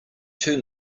too